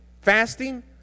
fasting